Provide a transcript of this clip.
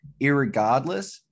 irregardless